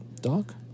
Doc